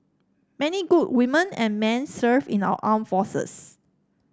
many good women and men serve in our armed forces